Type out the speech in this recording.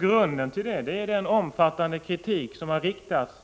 Grunden till det är den omfattande kritik som har riktats